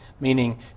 meaning